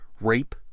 rape